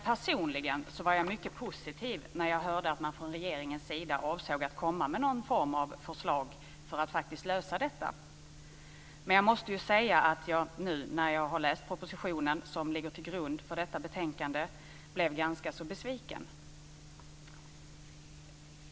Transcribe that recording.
Personligen var jag mycket positiv när jag hörde att man från regeringens sida avsåg att komma med någon form av förslag för att faktiskt lösa detta. Men jag måste säga att jag, efter att ha läst den proposition som ligger till grund för detta betänkande, blev ganska besviken.